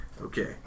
Okay